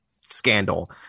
scandal